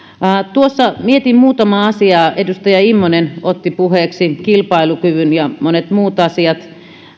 tuossa mietin muutamaa asiaa edustaja immonen otti puheeksi kilpailukyvyn ja monet muut asiat